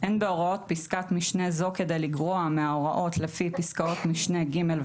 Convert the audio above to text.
אין בהוראות פסקת משנה זו כדי לגרוע מההוראות לפי פסקאות משנה (ג)